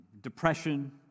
depression